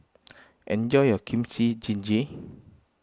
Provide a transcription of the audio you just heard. enjoy your Kimchi Jjigae